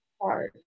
hard